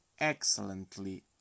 excellently